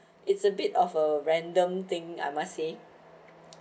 it's a bit of a random thing I must say